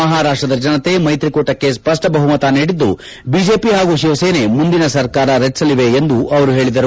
ಮಹಾರಾಷ್ಟ್ಯದ ಜನತೆ ಮೈತ್ರಿಕೂಟಕ್ಕೆ ಸ್ಪಷ್ಟ ಬಹುಮತ ನೀಡಿದ್ದು ಬಿಜೆಪಿ ಹಾಗೂ ಶಿವಸೇನೆ ಮುಂದಿನ ಸರ್ಕಾರ ರಚಿಸಲಿವೆ ಎಂದು ಅವರು ಹೇಳಿದರು